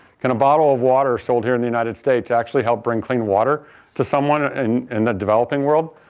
can a bottle of water sold here in the united states actually help bring clean water to someone and in that developing world?